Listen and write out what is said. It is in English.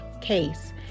case